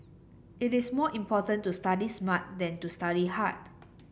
it is more important to study smart than to study hard